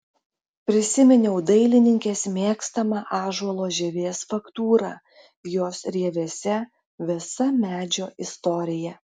prisiminiau dailininkės mėgstamą ąžuolo žievės faktūrą jos rievėse visa medžio istorija